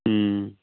ও